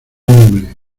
hombre